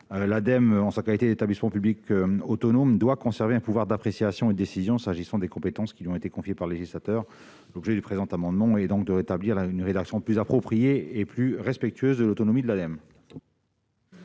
L'Ademe, en sa qualité d'établissement public autonome, doit conserver un pouvoir d'appréciation et de décision s'agissant de compétences qui lui ont été confiées par le législateur. L'objet du présent amendement est de rétablir une rédaction plus appropriée et plus respectueuse de l'autonomie de l'Ademe.